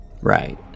right